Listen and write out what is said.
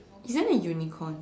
isn't it unicorn